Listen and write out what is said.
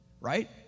Right